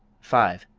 five.